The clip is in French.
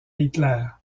hitler